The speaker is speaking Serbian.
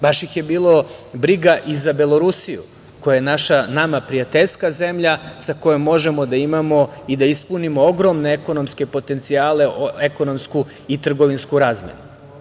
Baš ih je bilo briga i za Belorusiju, koja je nama prijateljska zemlja, sa kojom možemo da imamo i da ispunimo ogromne ekonomske potencijale, ekonomsku i trgovinsku razmenu.